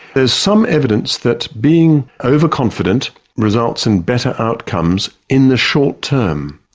there is some evidence that being overconfident results in better outcomes in the short term.